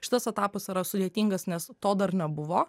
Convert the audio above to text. šitas etapas yra sudėtingas nes to dar nebuvo